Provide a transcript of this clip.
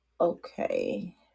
Okay